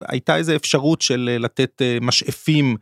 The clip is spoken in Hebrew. הייתה איזה אפשרות של לתת משאפים.